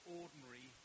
ordinary